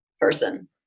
person